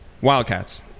Wildcats